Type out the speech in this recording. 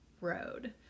road